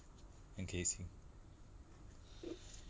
and casing